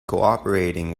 cooperating